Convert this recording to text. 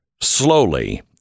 slowly